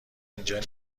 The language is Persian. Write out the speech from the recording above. اینجا